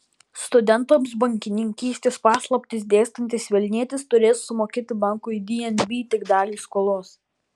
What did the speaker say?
studentams bankininkystės paslaptis dėstantis vilnietis turės sumokėti bankui dnb tik dalį skolos